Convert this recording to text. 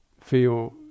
feel